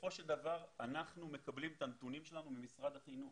בסופו של דבר אנחנו מקבלים את הנתונים שלנו ממשרד החינוך,